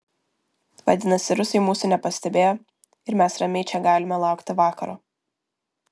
vadinasi rusai mūsų nepastebėjo ir mes ramiai čia galime laukti vakaro